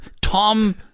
Tom